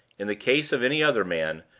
in the case of any other man,